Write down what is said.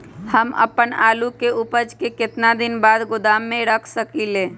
हम अपन आलू के ऊपज के केतना दिन बाद गोदाम में रख सकींले?